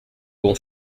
bon